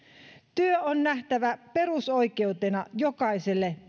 työ on nähtävä perusoikeutena jokaiselle